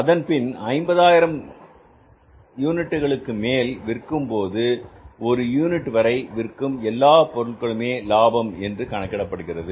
அதற்கு பின் 50000 யூனிட்டுகள் மேல் விற்கும்போது ஒரு லட்சம் யூனிட் வரை விற்கும் எல்லா பொருட்களுமே லாபம் என்று கணக்கிடப்படுகிறது